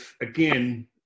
again